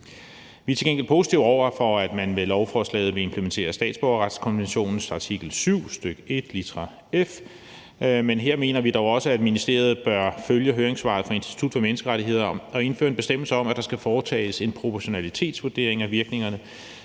Vi er til gengæld positive over for, at man med lovforslaget vil implementere statsborgerretskonventionens artikel 7, stk. 1, litra f. Men her mener vi dog også, at ministeriet bør følge høringssvaret fra Institut for Menneskerettigheder og indføre en bestemmelse om, at der skal foretages en proportionalitetsvurdering af virkningerne